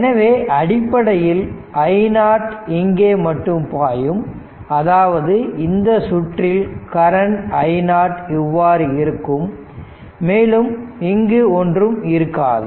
எனவே அடிப்படையில் i0 இங்கே மட்டுமே பாயும் அதாவது இந்த சுற்றில் கரண்ட் i0 இவ்வாறு இருக்கும் மேலும் இங்கு ஒன்றும் இருக்காது